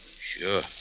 Sure